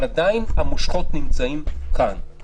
אבל עדיין המושכות נמצאות כאן,